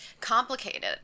Complicated